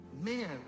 Man